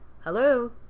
Hello